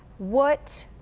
what,